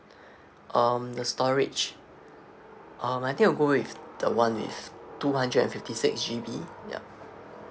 um the storage um I think I'll go with the one with two hundred and fifty six G_B yup